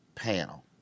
panel